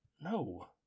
no